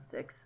Six